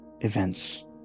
events